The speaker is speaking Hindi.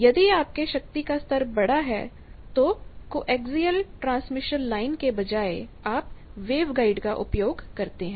यदि आपके शक्ति का स्तर बढ़ा है तो कोएक्सिअल ट्रांसमिशन लाइन के बजाय आप वेवगाइड का उपयोग करते है